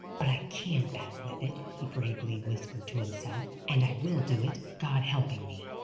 but i can battle with it, he bravely whispered to himself and i will do it, god helping me.